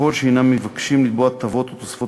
וככל שהם מבקשים לתבוע הטבות או תוספות